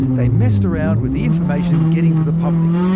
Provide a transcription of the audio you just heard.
they messed around with the information getting to the public.